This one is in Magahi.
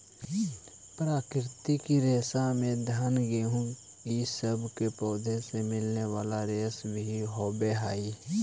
प्राकृतिक रेशा में घान गेहूँ इ सब के पौधों से मिलने वाले रेशा भी होवेऽ हई